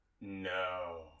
No